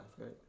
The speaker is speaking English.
right